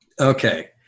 Okay